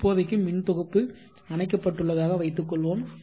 இப்போதைக்கு மின் தொகுப்பு அணைக்கப்பட்டுள்ளதாக வைத்து கொள்வோம்